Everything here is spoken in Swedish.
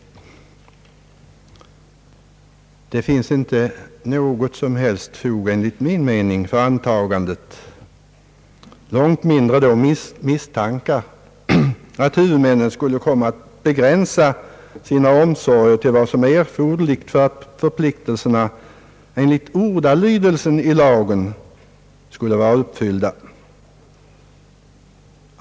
Enligt min mening finns det inte något som helst fog för antagandet — långt mindre då misstanken — att huvudmännen skulle komma att begränsa sina omsorger till vad som är erforderligt för att förpliktelserna enligt ordalydelsen i lagen skulle vara uppfyllda.